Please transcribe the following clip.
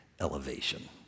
elevation